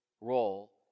role